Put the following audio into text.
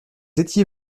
étiez